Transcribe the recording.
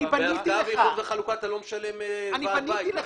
באיחוד וחלוקה אתה לא משלם ועד בית.